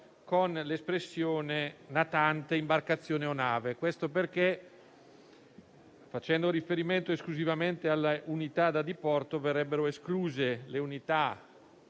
con l'espressione «natante, imbarcazione o nave». Questo perché, facendo riferimento esclusivamente alle unità da diporto, verrebbero escluse le unità